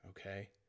okay